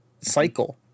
cycle